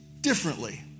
differently